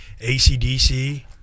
ACDC